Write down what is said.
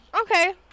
okay